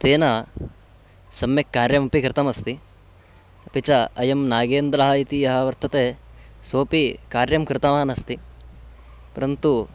तेन सम्यक् कार्यमपि कृतमस्ति अपि च अयं नागेन्द्रः इति यः वर्तते सोपि कार्यं कृतवान् अस्ति परन्तु